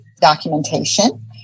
documentation